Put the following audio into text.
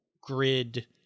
grid